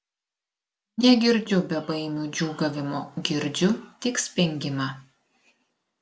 negirdžiu bebaimių džiūgavimo girdžiu tik spengimą